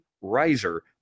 riser